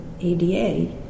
ADA